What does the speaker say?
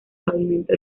pavimento